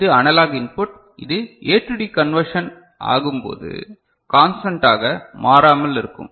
இது analog input இது A to D conversion ஆகும்போது கான்ஸ்டன்டாக மாறாமல் இருக்கும்